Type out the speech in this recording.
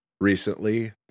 recently